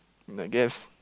I guess